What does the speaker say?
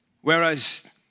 Whereas